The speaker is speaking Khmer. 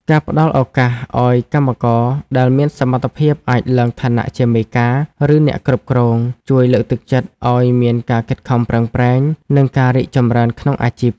ការផ្ដល់ឱកាសឱ្យកម្មករដែលមានសមត្ថភាពអាចឡើងឋានៈជាមេការ ឬអ្នកគ្រប់គ្រង ជួយលើកទឹកចិត្តឱ្យមានការខិតខំប្រឹងប្រែង និងការរីកចម្រើនក្នុងអាជីព។